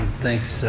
thanks,